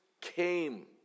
came